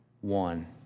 one